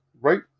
right